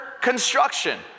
construction